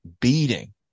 beating